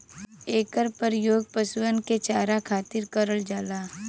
एकर परियोग पशुअन के चारा खातिर करल जाला